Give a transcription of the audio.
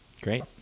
Great